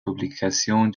publications